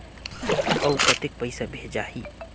अउ कतेक पइसा भेजाही?